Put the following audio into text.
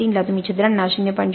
३ ला तुम्ही छिद्रांना ०